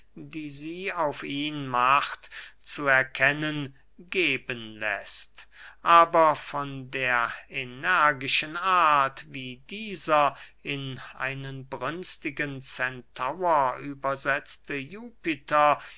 die sie auf ihn macht zu erkennen geben läßt aber von der energischen art wie dieser in einen brünstigen centaur übersetzte jupiter